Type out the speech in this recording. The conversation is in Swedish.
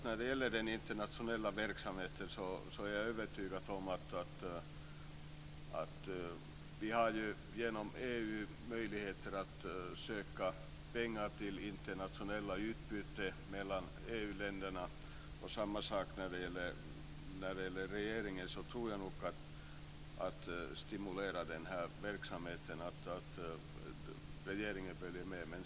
När det gäller den internationella verksamheten har vi möjligheter att söka pengar genom EU till internationellt utbyte mellan EU-länderna. Jag tror nog också att regeringen vill stimulera den här verksamheten och följer frågan.